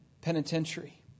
penitentiary